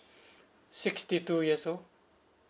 sixty two years old